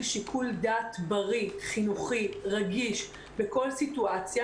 שיקול דעת בריא חינוכי רגיש בכל סיטואציה